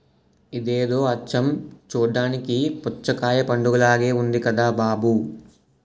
ఇదేదో అచ్చం చూడ్డానికి పుచ్చకాయ పండులాగే ఉంది కదా బాబూ